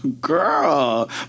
Girl